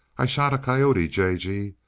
i shot a coyote, j. g,